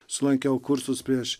lankiau kursus prieš